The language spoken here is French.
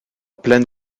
pleine